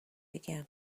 began